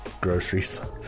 groceries